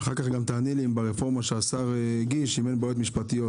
אחר כך גם תעני לי אם ברפורמה החדשה שהשר מקדם אין בעיות משפטיות,